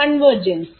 convergence